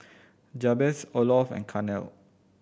Jabez Olof and Carnell